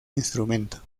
instrumento